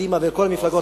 קדימה וכל המפלגות,